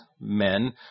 men